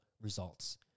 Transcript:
results